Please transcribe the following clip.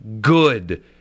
good